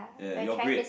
ya you are great